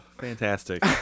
fantastic